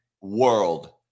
world